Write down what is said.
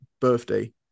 birthday